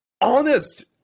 honest –